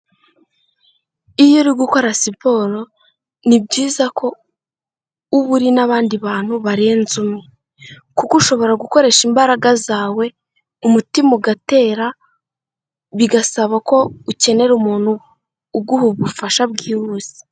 Iyo uri gukora siporo ni byiza ko uba uri n'abandi bantu barenze umwe kuko ushobora gukoresha imbaraga zawe umutima ugatera bigasaba ko ukenera umuntu uguha ubufasha bwihuse.